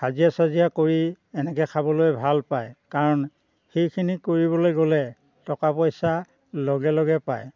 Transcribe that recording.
হাজিৰা চাজিৰা কৰি এনেকে খাবলৈ ভাল পাই কাৰণ সেইখিনি কৰিবলৈ গ'লে টকা পইচা লগে লগে পায়